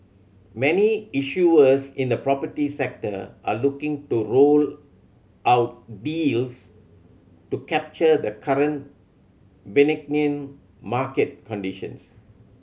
many issuers in the property sector are looking to roll out deals to capture the current benign market conditions